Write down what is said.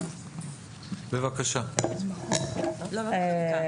זה משהו שהוא בנוהל